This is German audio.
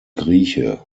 grieche